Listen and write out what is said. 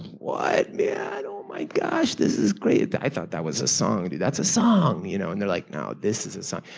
what, yeah. and oh my gosh. this is great. i felt that was a song. that's a song, you know, and they're like, no, this is a song.